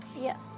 Yes